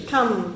Come